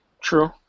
True